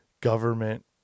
government